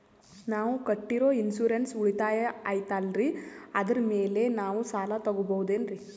ನಾವು ಕಟ್ಟಿರೋ ಇನ್ಸೂರೆನ್ಸ್ ಉಳಿತಾಯ ಐತಾಲ್ರಿ ಅದರ ಮೇಲೆ ನಾವು ಸಾಲ ತಗೋಬಹುದೇನ್ರಿ?